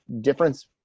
difference